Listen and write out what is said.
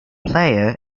player